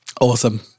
Awesome